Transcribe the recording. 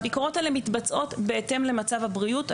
הביקורות האלה מתבצעות בהתאם למצב הבריאות.